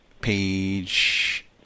page